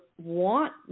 want